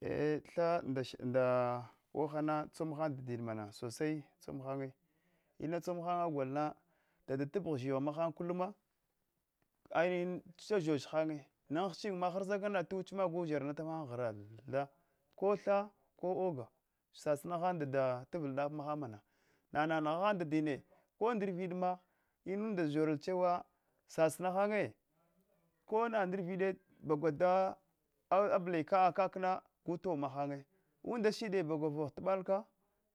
E tha nda shi wohhana tsomhan dadin mama sosai tsomhannye lnan tsoln han agolna dada tapagh tazhighwe mahan kuluma, ai tazhazh hannye na an hichin ma harza kana nata wuch makana nagu zharanatahan gharaltha, ko tha, ko oga sasina han dadan tavl ɗaf maham mana nana nghahan dadine ko ndrviɗma, lnunda shoral chewa sasina hanne ko ndrviɗe, gulaba abli ka akana gutaumahannye unde shiɗe bagwa vogh tabalka